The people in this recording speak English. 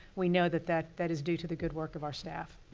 we know that that that is due to the good work of our staff.